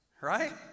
right